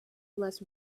less